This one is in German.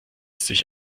sich